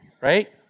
right